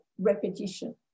repetition